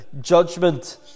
judgment